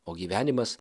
o gyvenimas